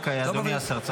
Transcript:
אדוני השר.